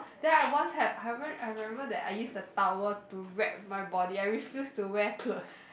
then I once had I remember I remember that I used the towel to wrap my body I refuse to wear clothes